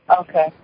Okay